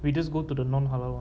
we just go to the non halal one